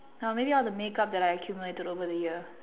no maybe all the makeup that I accumulated over the year